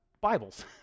Bibles